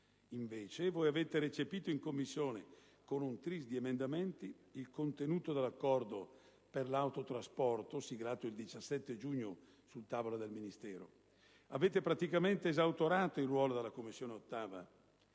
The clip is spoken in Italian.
Invece, voi avete recepito in Commissione, con un tris di emendamenti, il contenuto dell'accordo per l'autotrasporto siglato il 17 giugno scorso sul tavolo del Ministero; avete praticamente esautorato il ruolo della 8ª Commissione, ne avete